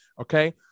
Okay